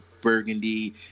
burgundy